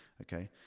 okay